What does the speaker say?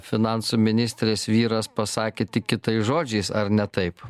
finansų ministrės vyras pasakė tik kitais žodžiais ar ne taip